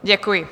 Děkuji.